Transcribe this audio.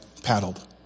paddled